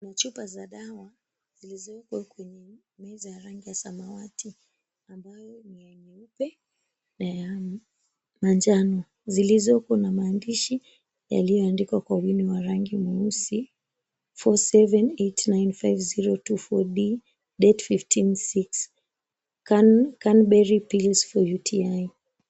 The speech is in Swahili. Kuna chupa za dawa zilizowekwa kwenye meza ya rangi ya samawati ambayo ni ya nyeupe na ya manjano. Zilizopo na maandishi yaliyoandikwa kwa wino wa rangi mweusi, "47 8950-24d, Date: 15-06, Cranberry Pills for UTI".